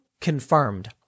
confirmed